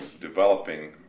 developing